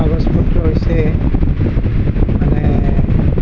কাগজ পত্ৰ হৈছে মানে